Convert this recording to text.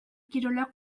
kirolak